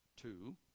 two